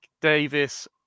Davis